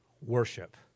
worship